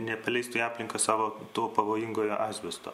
nepaleisti aplinka savo to pavojingojo asbesto